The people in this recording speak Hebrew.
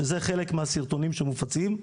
שזה חלק מהסרטונים שמופצים,